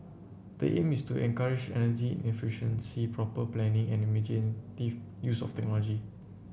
the aim is to encourage energy efficiency proper planning and imaginative use of technology